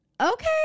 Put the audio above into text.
Okay